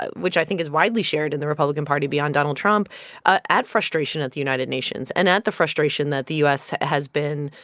which i think is widely shared in the republican party beyond donald trump ah at frustration at the united nations, and at the frustration that the u s. has been.